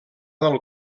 del